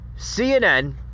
CNN